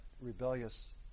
rebellious